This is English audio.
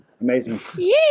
Amazing